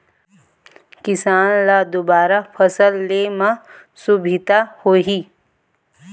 किसान ल दुबारा फसल ले म सुभिता होही